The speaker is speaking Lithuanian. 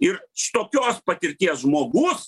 ir šitokios patirties žmogus